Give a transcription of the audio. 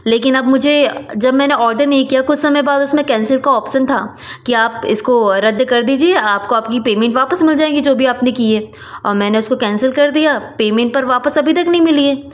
लेकिन अब मुझे जब मैंने ऑर्डर नहीं किया कुछ समय बाद उसमे कैंसिल का ऑप्शन था क्या आप इसको रद्द कर दीजिए आपको आपकी पेमेंट वापस मिल जाएगी जो भी आपने की है और मैंने उसको कैंसिल कर दिया पेमेंट पर वापस अभी तक मिली है